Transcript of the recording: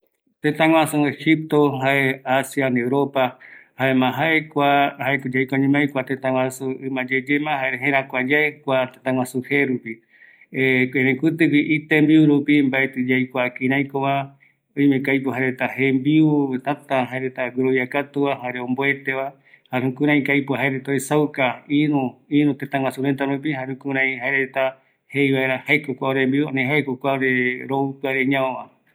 Kua tëtä ɨmayeyema oiko va, ëreï jembiureta yaikua vaera mbaetɨ se aesa, aikua jaevaera, kua tembiu jokopeguako ikai, jare jaevaera kraïko oyeapova